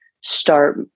start